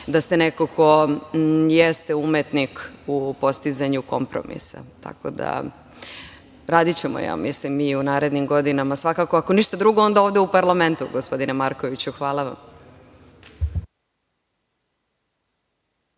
da ste neko ko jeste umetnik u postizanju kompromisa. Tako da, radićemo, ja mislim, i u narednim godinama, ako ništa drugo, onda ovde u parlamentu, gospodine Markoviću. Hvala vam.